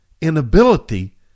inability